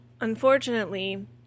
Unfortunately